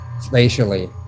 spatially